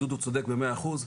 ודודו צודק במאה אחוז,